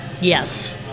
Yes